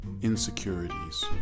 insecurities